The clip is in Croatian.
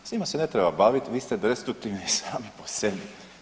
S njima se ne treba baviti, vi ste destruktivni sami po sebi.